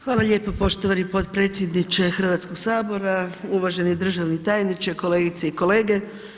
Hvala lijepo poštovani potpredsjedniče Hrvatskog sabora, uvaženi državni tajniče, kolegice i kolege.